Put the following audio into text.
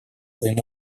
своим